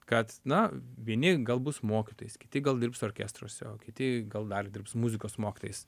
kad na vieni gal bus mokytojais kiti gal dirbs orkestruose o kiti gal dar dirbs muzikos mokytojais